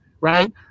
right